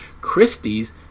Christie's